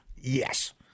Yes